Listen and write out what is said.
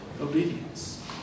obedience